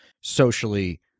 socially